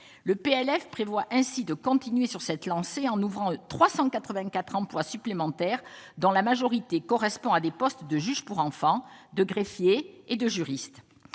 le PLF prévoit ainsi de continuer sur cette lancée, en ouvrant 384 emplois supplémentaires dans la majorité, correspond à des postes de juge pour enfants de greffiers et de juristes,